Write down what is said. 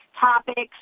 topics